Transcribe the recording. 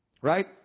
right